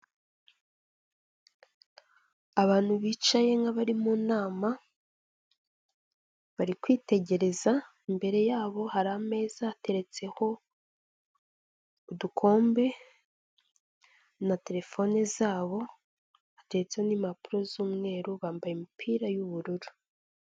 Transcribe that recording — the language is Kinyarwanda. Abantu bicaye nk'abari mu nama bari kwitegereza. Imbere yabo hari ameza ateretseho udukombe na terefone zabo, ateretseho n'impapuro z'umweru; bambaye imipira y'ubururu.